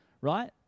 right